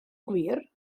gwir